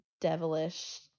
devilish